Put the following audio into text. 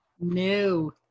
No